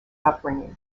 upbringing